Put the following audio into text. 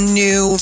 new